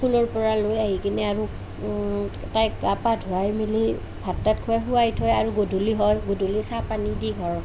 স্কুলৰ পৰা লৈ আহি কিনে আৰু তাইক গা পা ধুৱাই মেলি ভাত তাত খুৱাই শুৱাই থৈ আৰু গধূলি হয় গধূলি চাহ পানী দি ঘৰ